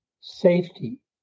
safety